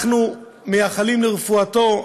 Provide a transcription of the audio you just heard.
אנחנו מייחלים לרפואתו.